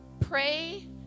Pray